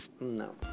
No